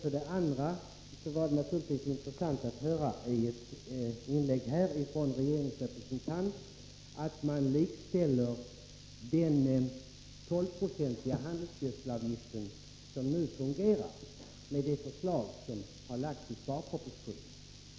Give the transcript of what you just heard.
För det andra vill jag säga att det natuligtvis var intressant att få höra i ett inlägg från regeringens representant att man likställer den 12-procentiga handelsgödselavgift som nu tas ut med den i sparpropositionen föreslagna avgiften.